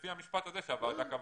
זה לפי המשפט הזה שהוועדה קבעה.